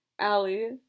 Allie